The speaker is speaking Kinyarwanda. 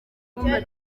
bumva